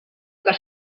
que